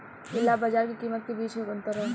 इ लाभ बाजार के कीमत के बीच के अंतर ह